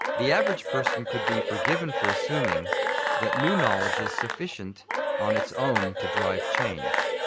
the average person could be forgiven for assuming that new knowledge is sufficient on its own to drive change.